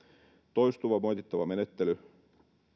toistuva moitittava menettely